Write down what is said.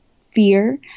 fear